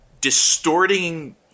distorting